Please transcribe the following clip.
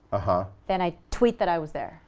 ah then i tweet that i was there.